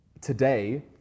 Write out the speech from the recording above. today